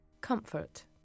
comfort